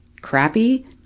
crappy